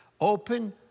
Open